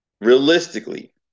realistically